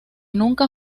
nunca